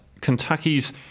Kentucky's